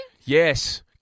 Yes